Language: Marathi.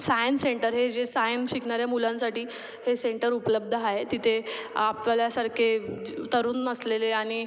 सायन्स सेंटर हे जे सायन्स शिकणाऱ्या मुलांसाठी हे सेंटर उपलब्ध आहे तिथे आपल्यासारखे तरूण असलेले आणि